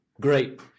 Great